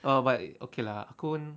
oh but okay lah cone